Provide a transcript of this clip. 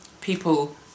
people